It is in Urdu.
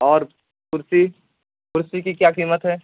اور کرسی کرسی کی کیا قیمت ہے